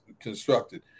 constructed